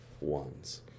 ones